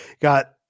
got